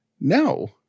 No